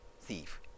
thief